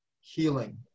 healing